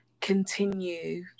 continue